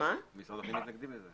משרד הפנים מתנגדים לזה.